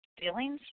feelings